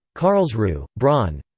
karlsruhe braun.